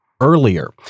earlier